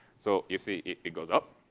so you see it goes up.